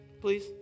please